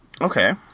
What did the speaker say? Okay